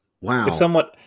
Wow